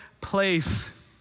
place